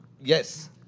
Yes